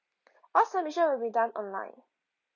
all services will be done online